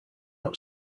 out